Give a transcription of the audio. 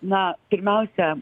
na pirmiausia